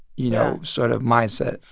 you know, sort of mindset?